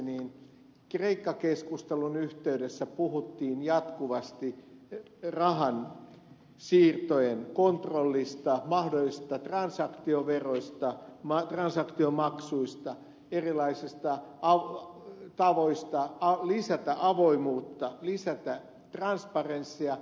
paatero totesi kreikka keskustelun yhteydessä puhuttiin jatkuvasti rahansiirtojen kontrollista mahdollisista transaktioveroista transaktiomaksuista erilaisista tavoista lisätä avoimuutta lisätä transparenssia